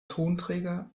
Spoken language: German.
tonträger